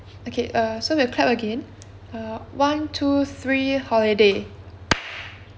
okay uh so we'll clap again uh one two three holiday